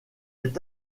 est